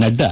Nadda